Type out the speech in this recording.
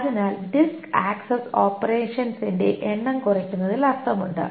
അതിനാൽ disk access ഓപ്പറേഷൻസിന്റെ എണ്ണം കുറയ്ക്കുന്നതിൽ അർത്ഥമുണ്ട്